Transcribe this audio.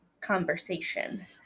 conversation